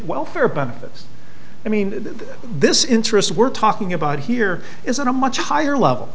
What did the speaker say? welfare benefits i mean this interest we're talking about here is a much higher level